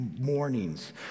mornings